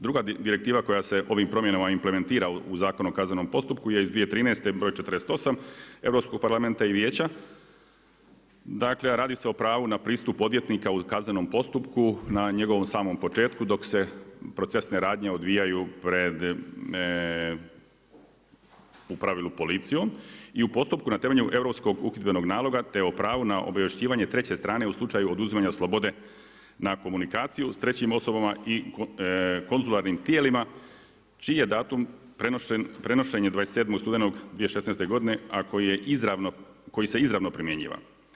Druga direktiva koja se ovim promjenama implementira u Zakon o kaznenom postupku je iz 2013. br. 48 Europskog parlamenta i Vijeća, dakle radi se o pravu na pristupu odvjetnika u kaznenom postupku na njegovom samom početku dok se procesne radnje odvijaju pred u pravilu policijom, i u postupku na temelju Europskog uhidbenog naloga te o pravu na obavješćivanje treće strane u slučaju oduzimanja slobode na komunikaciju s trećim osobama i konzularnim tijelima čije je datum prenošenja 27. studenog 2016. godine koji se izravno primjenjiva.